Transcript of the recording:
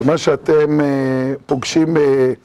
מה שאתם פוגשים